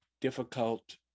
difficult